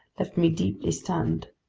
left me deeply stunned!